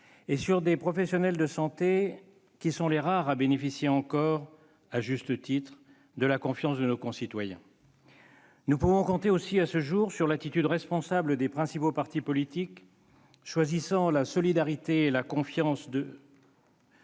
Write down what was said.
et sur des professionnels de santé qui sont les rares à bénéficier encore, à juste titre, de la confiance de nos concitoyens. Nous pouvons compter aussi, à ce jour, sur l'attitude responsable des principaux partis politiques, choisissant la solidarité et la confiance dans